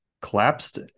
collapsed